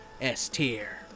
S-Tier